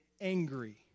angry